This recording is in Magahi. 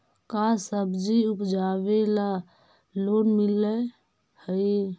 का सब्जी उपजाबेला लोन मिलै हई?